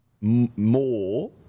more